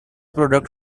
product